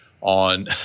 on